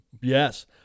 yes